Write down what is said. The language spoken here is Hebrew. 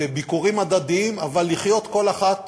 בביקורים הדדיים, אבל לחיות כל אחת